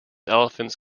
elephants